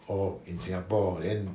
all in singapore then